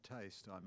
taste